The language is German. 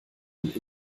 den